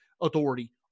authority